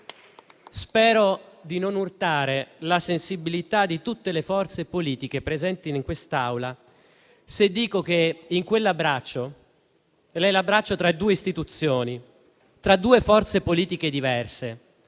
Spero di non urtare la sensibilità di tutte le forze politiche presenti in quest'Aula se dico che in quell'abbraccio vi è l'abbraccio tra due istituzioni, tra due forze politiche diverse,